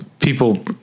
people